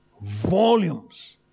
Volumes